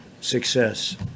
success